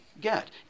get